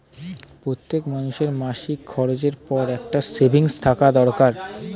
প্রত্যেকটি মানুষের মাসিক খরচের পর একটা সেভিংস থাকা দরকার